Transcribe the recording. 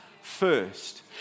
first